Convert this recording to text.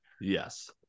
yes